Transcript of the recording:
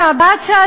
אה, אדוני השר.